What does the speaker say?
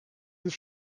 jest